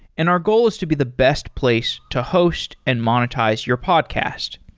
and our goal is to be the best place to host and monetize your podcast.